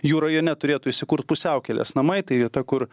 jų rajone turėtų įsikurt pusiaukelės namai tai vieta kur